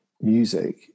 music